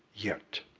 yet,